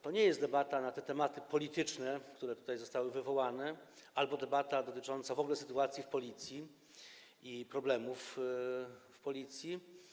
To nie jest debata na te tematy polityczne, które tutaj zostały wywołane, ani debata dotycząca w ogóle sytuacji w Policji i problemów w Policji.